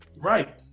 Right